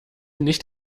nicht